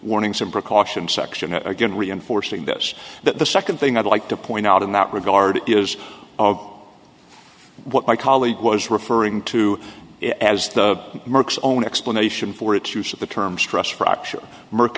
warnings and precautions section again reinforcing this that the second thing i'd like to point out in that regard is of what my colleague was referring to as the mercs own explanation for its use of the term stress fracture m